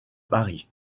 paris